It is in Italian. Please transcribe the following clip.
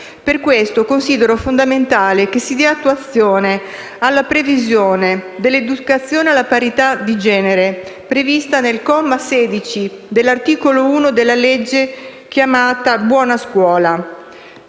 Per questo, considero fondamentale che si dia attuazione alla previsione dell'educazione alla parità di genere, prevista dal comma 16, dell'articolo 1, della legge chiamata buona scuola.